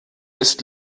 ist